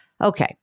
Okay